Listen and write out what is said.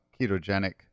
ketogenic